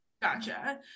Gotcha